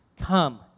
come